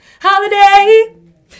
Holiday